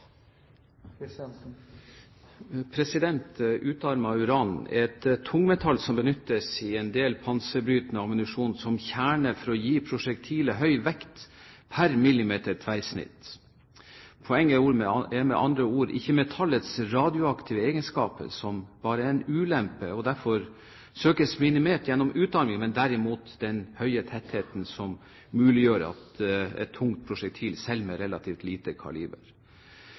et tungmetall som benyttes i en del panserbrytende ammunisjon som kjerne for å gi prosjektilet høy vekt per millimeter tverrsnitt. Poenget er med andre ord ikke metallets radioaktive egenskaper, som bare er en ulempe og derfor søkes minimert gjennom utarming, men derimot den høye tettheten som muliggjør et tungt prosjektil selv med relativt lite